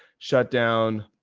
shut down,